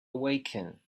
awaken